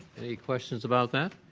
any questions about that?